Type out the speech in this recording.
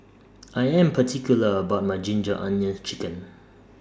I Am particular about My Ginger Onions Chicken